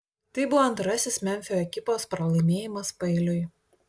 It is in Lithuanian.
tai buvo antrasis memfio ekipos pralaimėjimas paeiliui